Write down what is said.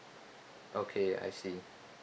okay I see